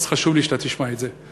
חשוב לי שאתה תשמע את זה.